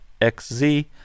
XZ